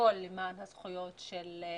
אז האישה בנגב היא סובלת מאפליה משולשת ואף יותר.